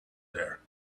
there